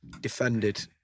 defended